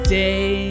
day